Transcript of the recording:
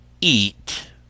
eat